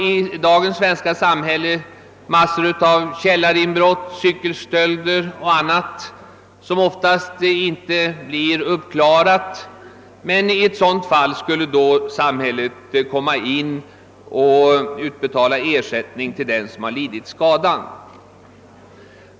I dagens svenska samhälle förekommer ett stort antal källarinbrott, cykelstölder och annat, som oftast inte blir uppklarade. I sådana fall skulle alltså samhället få betala ut ersättning till den som lidit skada.